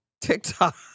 TikTok